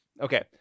Okay